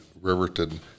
Riverton